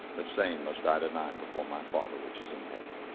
the same must i deny before my father which is in heaven.